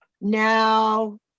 Now